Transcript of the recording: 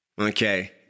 Okay